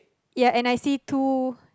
ya and I see two